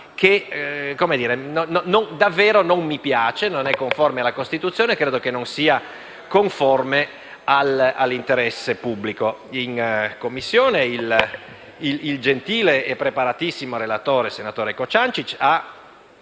che davvero non mi piace, non è conforme alla Costituzione e credo che non sia conforme all'interesse pubblico. In Commissione il gentile e preparatissimo relatore, senatore Cociancich, ha